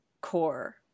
core